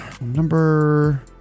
number